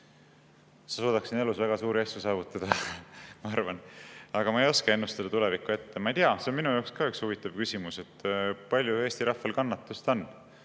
ma suudaksin elus väga suuri asju saavutada, ma arvan. Aga ma ei oska ennustada tulevikku ette. Ma ei tea, see on minu jaoks ka huvitav küsimus, kui palju Eesti rahval kannatust on.